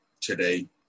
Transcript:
today